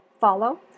follow